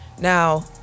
Now